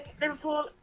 Liverpool